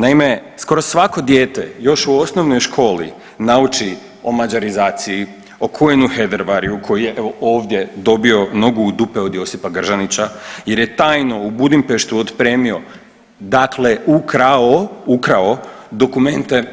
Naime, skoro svako dijete još u osnovnoj školi nauči o mađarizaciji, o Khuenu Hedervaryju koji je evo ovdje dobio nogu u dupe od Josipa Gržanića jer je tajno u Budimpeštu otpremio dakle ukrao, ukrao dokumente,